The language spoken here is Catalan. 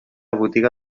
botiga